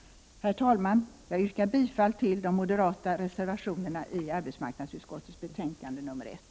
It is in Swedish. Herr talman! Jag yrkar bifall till de moderata reservationerna i arbetsmarknadsutskottets betänkande nr 1.